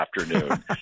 afternoon